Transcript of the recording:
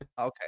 okay